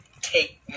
take